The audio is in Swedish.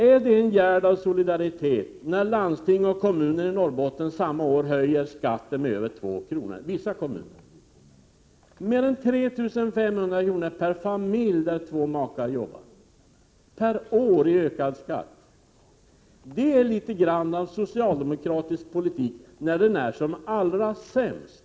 Är det en gärd av solidaritet att landsting och vissa kommuner i Norrbotten samma år höjer skatten med över 2 kr. — mer än 3 500 kr. i ökad skatt per år och familj där två makar arbetar? Detta är socialdemokratisk politik då den är som allra sämst.